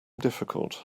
difficult